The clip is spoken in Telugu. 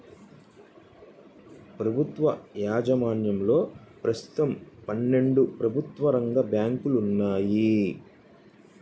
ప్రభుత్వ యాజమాన్యంలో ప్రస్తుతం పన్నెండు ప్రభుత్వ రంగ బ్యాంకులు ఉన్నాయి